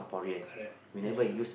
correct that's true